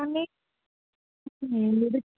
కానీ